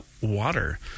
water